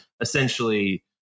essentially